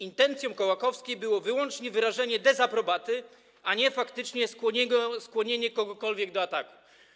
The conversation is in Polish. Intencją Kołakowskiej było wyłącznie wyrażenie dezaprobaty, a nie faktycznie skłonienie kogokolwiek do ataku.